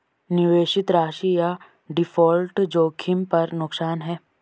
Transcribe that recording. निवेशित राशि या डिफ़ॉल्ट जोखिम पर नुकसान है